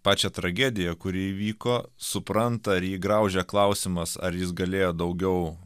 pačią tragediją kuri įvyko supranta ir jį graužia klausimas ar jis galėjo daugiau